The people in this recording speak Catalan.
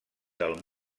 del